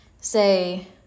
say